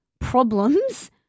problems